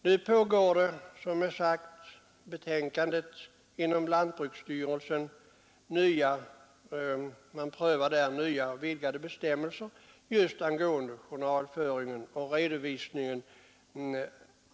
Som framgår av utskottets betänkande prövar man också nu i lantbruksstyrelsen ett system med nya, vidgade bestämmelser rörande journalföringen och redovisningen.